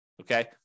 Okay